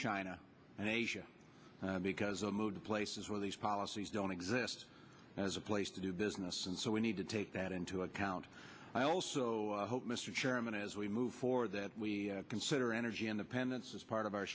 china and asia because i'm moved to places where these policies don't exist as a place to do business and so we need to take that into account i also hope mr chairman as we move forward that we consider energy independence as part of our